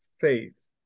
faith